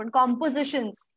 compositions